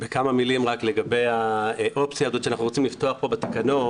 בכמה מילים לגבי האופציה הזאת שאנחנו רוצים לפתוח פה בתקנות.